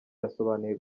yasobanuye